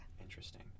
Interesting